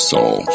Soul